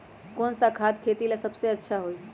कौन सा खाद खेती ला सबसे अच्छा होई?